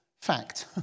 fact